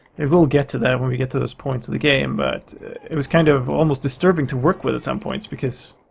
we'll get to that when we get to those points of the game, but it was kind of almost disturbing to work with at some points because.